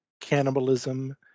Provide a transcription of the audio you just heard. cannibalism